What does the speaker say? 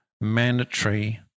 mandatory